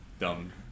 dumb